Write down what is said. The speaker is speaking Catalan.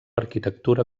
arquitectura